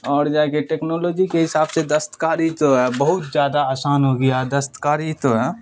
اور جا کے ٹیکنالوجی کے حساب سے دستکاری تو بہت زیادہ آسان ہو گیا ہے دستکاری تو